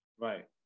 Right